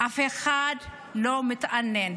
שאף אחד לא מתעניין.